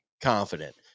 confident